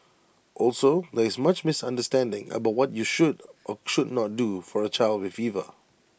also there is much misunderstanding about what you should or should not do for A child with fever